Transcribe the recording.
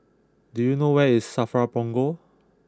do you know where is Safra Punggol